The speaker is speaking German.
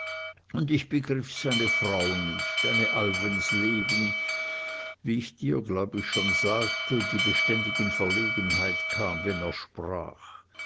und ich begriff seine frau nicht eine alvensleben wie ich dir glaub ich schon sagte die beständig in verlegenheit kam wenn er sprach